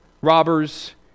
robbers